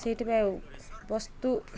ସେଇଥିପାଇଁ ଆଉ ବସ୍ତୁ